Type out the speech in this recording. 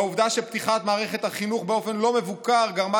והעובדה שפתיחת מערכת החינוך באופן לא מבוקר גרמה